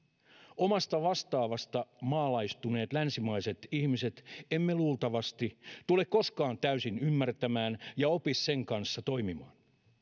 omasta vastaavasta maalaistuneet länsimaiset ihmiset emme luultavasti tule koskaan täysin ymmärtämään ja opi sen kanssa toimimaan en usko että